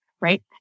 right